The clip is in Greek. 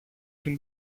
την